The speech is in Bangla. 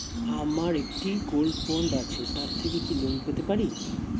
আমার একটি গোল্ড বন্ড আছে তার থেকে কি লোন পেতে পারি?